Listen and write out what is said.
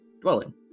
dwelling